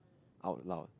out loud